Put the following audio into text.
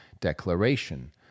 declaration